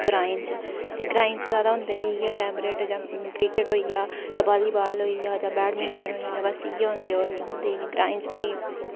ग्राएं च जादै इ'यै होंदे बी फेवरेट क्रिकेट होई गेआ जां वाॅलीबाॅल होई गेआ जां बैडमिंटन होई गेआ बस इ'यै होंदे होर निं होंदे इ'नें ग्राएं च बी